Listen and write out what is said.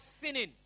sinning